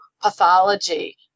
pathology